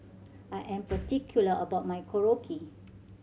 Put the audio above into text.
I am particular about my Korokke